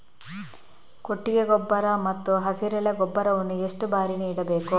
ಕೊಟ್ಟಿಗೆ ಗೊಬ್ಬರ ಮತ್ತು ಹಸಿರೆಲೆ ಗೊಬ್ಬರವನ್ನು ಎಷ್ಟು ಬಾರಿ ನೀಡಬೇಕು?